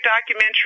documentary